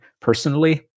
Personally